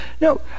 No